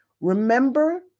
Remember